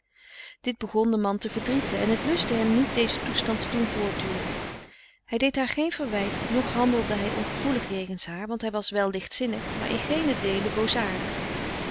dit begon den man te verdrieten en het lustte hem niet dezen toestand te doen voortduren hij deed haar geen verwijt noch handelde hij ongevoelig jegens haar want hij was wel lichtzinnig maar in geenen deele